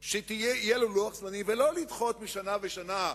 שיהיה לו לוח-זמנים, ולא לדחות משנה לשנה,